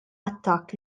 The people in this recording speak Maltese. attakk